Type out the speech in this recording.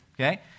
okay